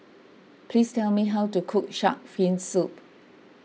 please tell me how to cook Shark's Fin Soup